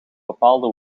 bepaalde